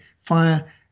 fire